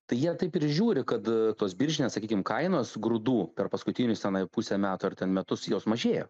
tai jie taip ir žiūri kad tos biržinės sakykim kainos grūdų per paskutinius tenai pusę metų ar metus jos mažėjo